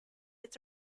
its